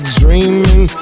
dreaming